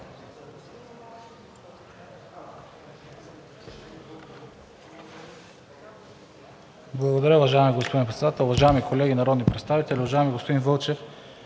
Благодаря, уважаеми господин Председател. Уважаеми колеги народни представители! Уважаеми господин Вълчев,